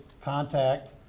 contact